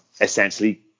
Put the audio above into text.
essentially